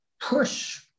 push